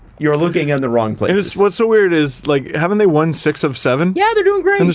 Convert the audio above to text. you're looking in the wrong place what's so weird is like, haven't they won six of seven? yeah, they're doing great.